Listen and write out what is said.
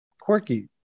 quirky